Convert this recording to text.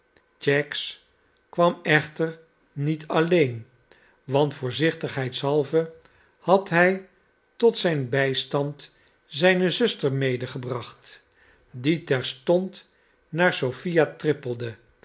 cheggs kwam echter niet alleen want voorzichtisdieidshalve had hij tot zijn bijstand zijne zuster medegebracht die terstond naar sophia trippelde